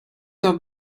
der